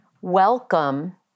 welcome